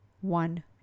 one